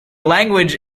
language